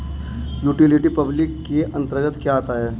Utility public के अंतर्गत क्या आता है?